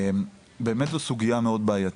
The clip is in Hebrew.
באמת זו סוגייה מאוד בעייתית,